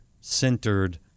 centered